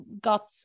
got